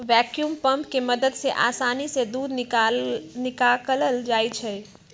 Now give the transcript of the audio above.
vacuum pump के मदद से आसानी से दूध निकाकलल जाइ छै